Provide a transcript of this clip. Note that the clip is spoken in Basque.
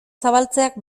zabaltzeak